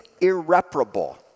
irreparable